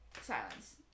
silence